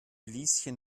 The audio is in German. lieschen